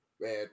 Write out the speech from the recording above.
Man